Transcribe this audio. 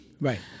Right